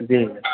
जी